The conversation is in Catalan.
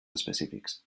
específics